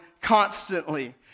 constantly